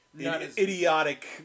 idiotic